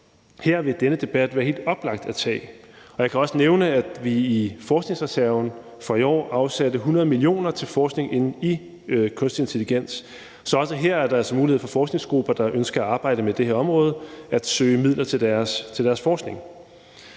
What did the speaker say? Her vil denne debat være helt oplagt at tage, og jeg kan også nævne, at vi i forskningsreserven for i år afsatte 100 mio. kr. til forskning i kunstig intelligens. Så også her er der altså mulighed for forskningsgrupper, der ønsker at arbejde med det her område, at søge midler til deres forskning.